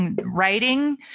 writing